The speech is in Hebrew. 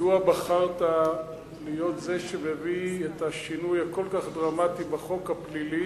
מדוע בחרת להיות זה שמביא את השינוי הכל-כך דרמטי בחוק הפלילי,